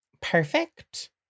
perfect